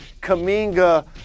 Kaminga